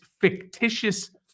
fictitious